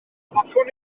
hoffwn